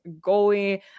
goalie